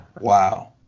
Wow